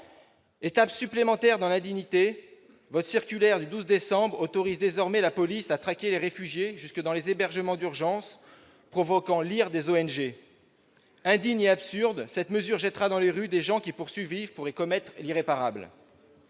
Étape supplémentaire dans l'indignité, votre circulaire du 12 décembre dernier autorise désormais la police à traquer les réfugiés jusque dans les hébergements d'urgence, provoquant l'ire des ONG. Indigne et absurde, cette mesure jettera dans les rues des gens qui, pour survivre, pourraient commettre l'irréparable.